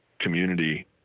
community